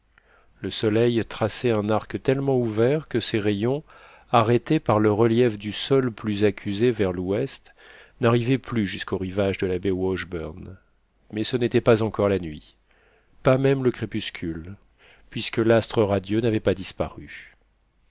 le soleil traçait un arc tellement ouvert que ses rayons arrêtés par le relief du sol plus accusé vers l'ouest n'arrivaient plus jusqu'aux rivages de la baie washburn mais ce n'était pas encore la nuit pas même le crépuscule puisque l'astre radieux n'avait pas disparu